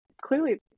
clearly